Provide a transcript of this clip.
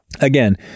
again